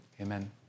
Amen